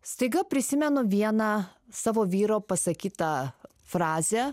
staiga prisimenu vieną savo vyro pasakytą frazę